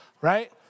Right